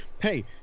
Hey